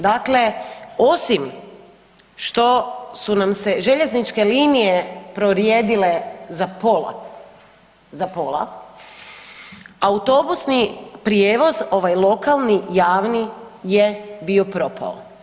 Dakle, osim što su nam se željezničke linije prorijedile za pola, za pola, autobusni prijevoz ovaj lokalni javni je bio propao.